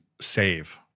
save